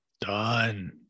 done